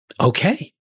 okay